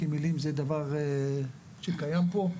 כי מלים זה דבר שקיים פה.